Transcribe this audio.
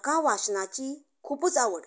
म्हाका वाचनाची खुबूच आवड